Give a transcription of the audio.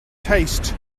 taste